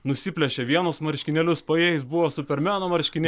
nusiplėšė vienus marškinėlius po jais buvo supermeno marškinė